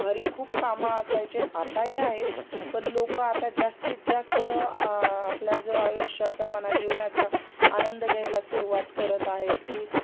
घरी खूप कामं असायचे आताही आहेत पण लोकं आता जास्तीत जास्त आपल्या जो आयुष्याचा मना जीवनाचा आनंद घ्यायला सुरुवात करत आहेत की